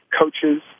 coaches